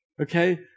okay